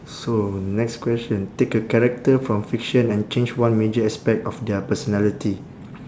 so next question take a character from fiction and change one major aspect of their personality